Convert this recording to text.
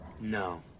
no